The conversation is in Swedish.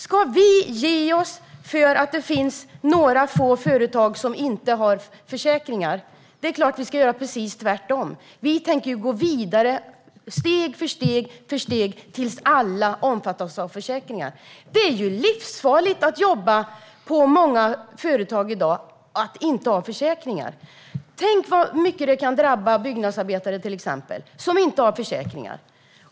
Ska vi ge oss för att det finns några få företag som inte har försäkringar? Det är klart att vi ska göra precis tvärtom. Vi tänker gå vidare, steg för steg, tills alla omfattas av försäkringar. Det är ju livsfarligt att jobba för många företag i dag och inte ha försäkring. Tänk vad hårt det kan drabba till exempel byggnadsarbetare att inte ha försäkring!